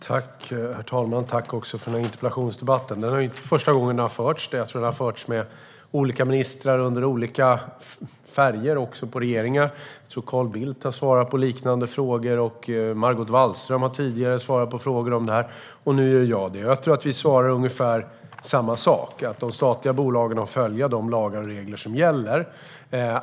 Herr talman! Tack för interpellationsdebatten. Det är inte första gången den har förts. Jag tror att den förts med olika ministrar och också under olika färger på regeringar. Carl Bildt har svarat på liknande frågor, Margot Wallström har tidigare svarat på frågor om detta, och nu gör jag det. Vi svarar ungefär samma sak. De statliga bolagen har att följa de lagar och regler som gäller.